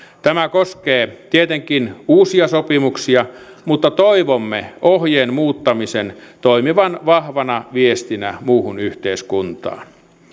tämä koskee tietenkin uusia sopimuksia mutta toivomme ohjeen muuttamisen toimivan vahvana viestinä muuhun yhteiskuntaan